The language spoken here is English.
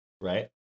right